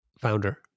founder